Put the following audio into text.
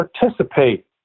participate